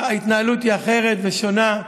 ההתנהלות היא אחרת ושונה,